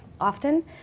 often